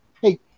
Hey